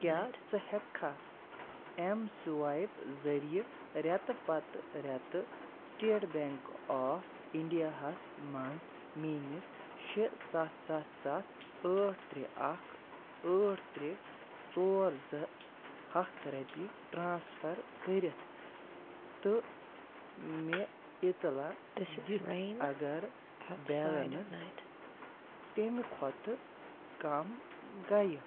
کیٛاہ ژٕ ہٮ۪ککھا اٮ۪م سٕوایِپ ذٔریعہٕ رٮ۪تہٕ پتہٕ رٮ۪تہٕ سِٹیٹ بٮ۪نٛک آف اِنٛڈیاہَس مَنٛز میٛٲنِس شےٚ سَتھ سَتھ سَتھ ٲٹھ ترٛےٚ اکھ ٲٹھ ترٛےٚ ژور زٕ ہَتھ رۄپیہِ ٹرٛانسفَر کٔرِتھ تہٕ مےٚ اِطلاع دِتھ اگر بیلَنٕس تَمہِ کھۄتہٕ کم گَیہِ